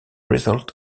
result